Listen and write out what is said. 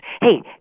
Hey